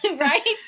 right